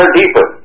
deeper